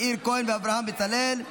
מאיר כהן ואברהם בצלאל.